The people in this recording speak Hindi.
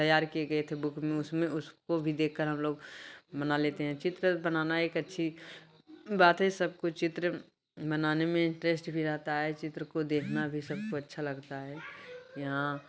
तैयार किए गए थे बुक में उसमें उसको भी देखकर हम लोग बना लेते हैं चित्र बनाना एक अच्छी बात है सबको चित्र बनाने में इंटरेस्ट भी रहता है चित्र को देखना भी सबको अच्छा लगता है यहाँ